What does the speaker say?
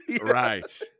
Right